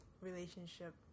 relationship